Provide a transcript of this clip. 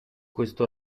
questo